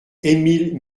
émile